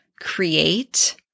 create